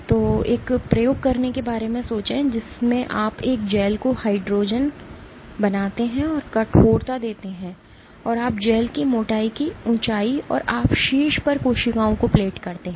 तो एक प्रयोग करने के बारे में सोचें जिसमें आप एक जेल को हाइड्रोजन बनाते हैं और कठोरता देते हैं और आप जेल की मोटाई की ऊँचाई और आप शीर्ष पर कोशिकाओं को प्लेट करते हैं